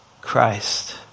Christ